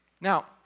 Now